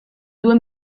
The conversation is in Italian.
due